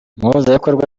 umuhuzabikorwa